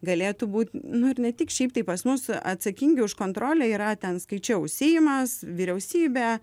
galėtų būt nu ir ne tik šiaip tai pas mus atsakingi už kontrolę yra ten skaičiau seimas vyriausybė